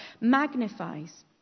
magnifies